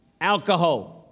alcohol